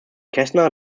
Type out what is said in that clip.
kästner